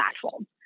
platform